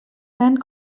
tant